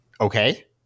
okay